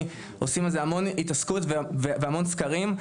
עושים בזה המון התעסקות והמון סקרים.